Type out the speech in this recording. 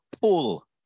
pull